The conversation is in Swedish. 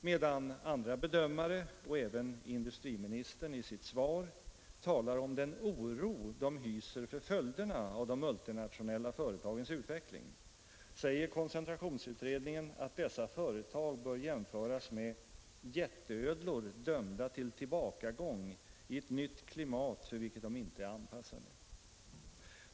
Medan andra bedömare — och även industriministern i sitt svar — talar om den oro de hyser för följderna av de multinationella företagens utveckling säger koncentrationsutredningen att dessa företag bör jämföras med ”jätteödlor dömda till tillbakagång i ett nytt klimat för vilket de inte är anpassade”.